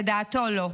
לדעתו לא.